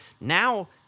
now